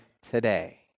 today